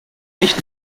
nicht